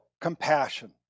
compassion